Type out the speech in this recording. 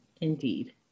Indeed